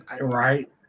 Right